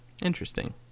interesting